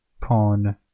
pawn